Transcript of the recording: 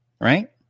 right